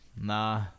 nah